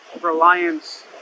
reliance